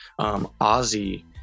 Ozzy